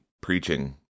preaching